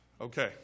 Okay